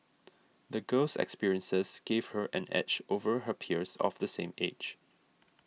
the girl's experiences gave her an edge over her peers of the same age